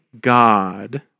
God